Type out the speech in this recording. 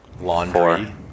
laundry